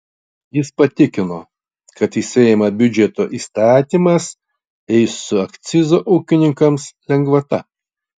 jis patikino kad į seimą biudžeto įstatymas eis su akcizo ūkininkams lengvata